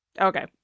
Okay